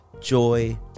Joy